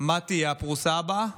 מה תהיה הפרוסה הבאה.